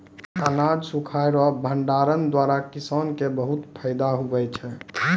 अनाज सुखाय रो भंडारण द्वारा किसान के बहुत फैदा हुवै छै